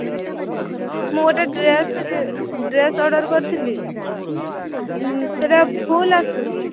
ମୁଁ ଗୋଟେ dress dress order କରିଥିଲି ହୁଁ ସେଟା ଭୁଲ ଆସିଛି